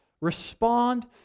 respond